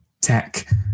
tech